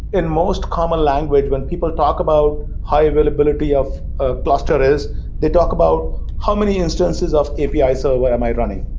in most common language, when people talk about high availability of a cluster is they talk about how many instances of api server so but am i running?